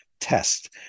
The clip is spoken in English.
test